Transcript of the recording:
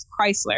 Chrysler